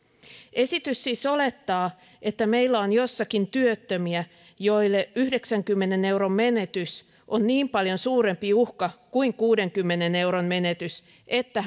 esitys siis olettaa että meillä on jossakin työttömiä joille yhdeksänkymmenen euron menetys on niin paljon suurempi uhka kuin kuudenkymmenen euron menetys että